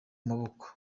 maboko